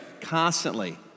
Constantly